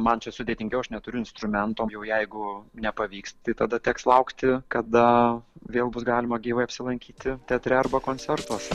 man čia sudėtingiau aš neturiu instrumento jau jeigu nepavyks tai tada teks laukti kada vėl bus galima gyvai apsilankyti teatre arba koncertuose